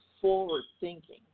forward-thinking